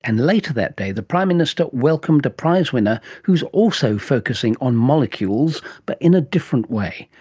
and later that day the prime minister welcomed a prize-winner who is also focusing on molecules but in a different way.